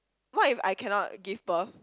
what if I cannot give birth